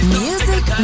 music